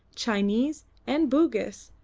chinese, and bugis,